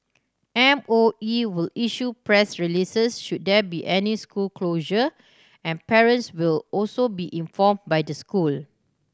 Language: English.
M O E will issue press releases should there be any school closures and parents will also be inform by the school